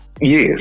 yes